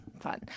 fun